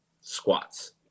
squats